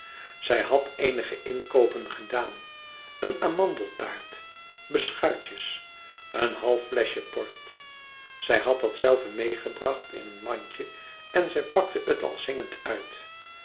zij had eenige inkoopen gedaan een amandeltaart beschuitjes een half fleschje port zij had dat zelve meêgebracht in een mandje en zij pakte het al zingende uit